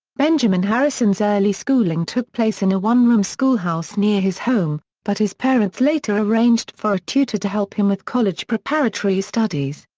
benjamin harrison's early schooling took place in a one-room schoolhouse near his home, but his parents later arranged for a tutor to help him with college preparatory studies.